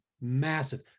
massive